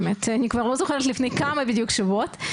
אני כבר לא זוכרת לפני כמה בדיוק שבועות,